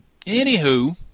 anywho